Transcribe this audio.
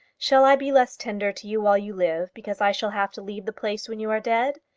shall i be less tender to you while you live because i shall have to leave the place when you are dead?